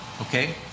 Okay